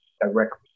directly